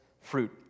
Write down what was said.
fruit